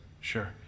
Sure